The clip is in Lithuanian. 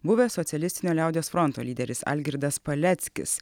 buvęs socialistinio liaudies fronto lyderis algirdas paleckis